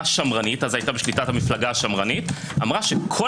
שמרנית אז הייתה בשליטת המפלגה השמרנית אמרה שכל